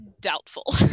doubtful